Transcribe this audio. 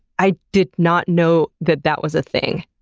i did not know that that was a thing.